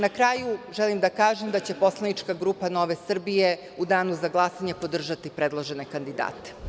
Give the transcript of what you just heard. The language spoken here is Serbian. Na kraju, želim da kažem da će Poslanička grupa Nove Srbije u danu za glasanje podržati predložene kandidate.